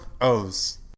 O's